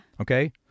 Okay